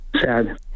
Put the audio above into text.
sad